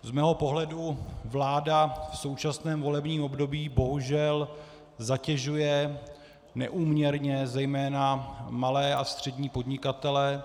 Z mého pohledu vláda v současném volebním období bohužel zatěžuje neúměrně zejména malé a střední podnikatele.